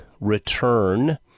return